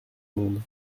monde